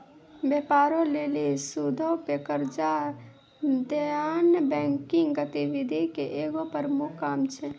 व्यापारो लेली सूदो पे कर्जा देनाय बैंकिंग गतिविधि के एगो प्रमुख काम छै